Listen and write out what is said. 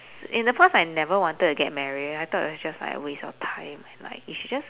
in the past I never wanted to get married I thought it was just like a waste of time and like it's just